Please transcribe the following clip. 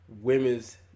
women's